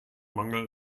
mangel